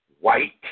white